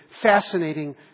fascinating